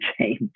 change